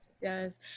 yes